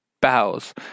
bows